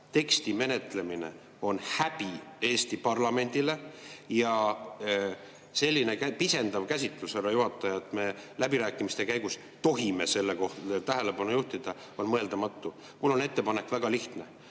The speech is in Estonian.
teksti menetlemine on häbi Eesti parlamendile ja selline pisendav käsitlus, härra juhataja, et me läbirääkimiste käigus tohime selle tähelepanu juhtida, on mõeldamatu. Mul on väga lihtne